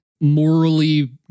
morally